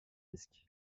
disc